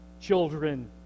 children